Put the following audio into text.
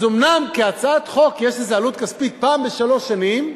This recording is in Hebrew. אז אומנם כהצעת חוק יש עלות כספית פעם בשלוש שנים,